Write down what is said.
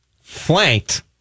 flanked